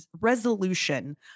resolution